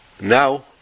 now